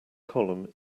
column